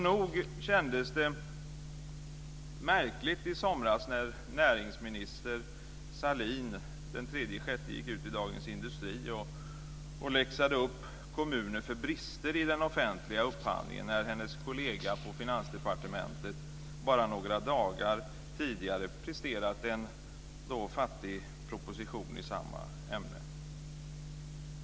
Nog kändes det märkligt i somras när biträdande näringsminister Sahlin den 3 juni gick ut i Dagens Industri och läxade upp kommuner för brister i den offentliga upphandlingen samtidigt som hennes kollega på Finansdepartementet bara några dagar tidigare presterat en fattig proposition i samma ämne.